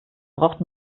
braucht